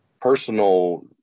personal